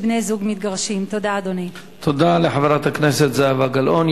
תודה לחברת הכנסת זהבה גלאון.